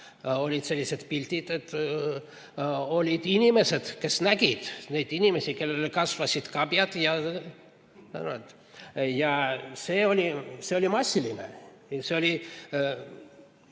Olid sellised pildid. Olid inimesed, kes nägid neid inimesi, kellele kasvasid kabjad ja sarved. See oli massiline. Ja see oli